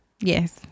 yes